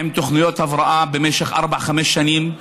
עם תוכניות הבראה במשך ארבע-חמש שנים,